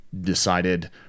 decided